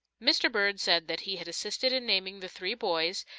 mr. bird said that he had assisted in naming the three boys,